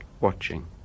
watching